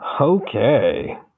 Okay